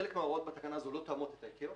חלק מההוראות בתקנה לא תואמות את ה-ICAO,